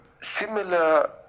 similar